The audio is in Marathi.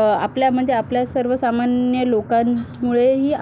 आपल्या म्हणजे आपल्या सर्वसामान्य लोकां मुळेही